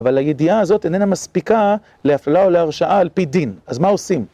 אבל הידיעה הזאת איננה מספיקה להפללה או להרשעה על פי דין. אז מה עושים?